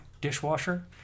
dishwasher